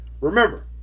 Remember